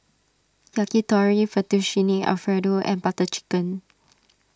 Yakitori Fettuccine Alfredo and Butter Chicken